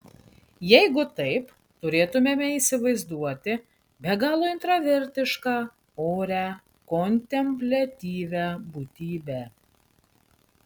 jeigu taip turėtumėme įsivaizduoti be galo intravertišką orią kontempliatyvią būtybę